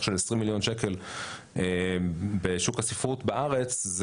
של 20 מיליון שקלים בשוק הספרות בארץ,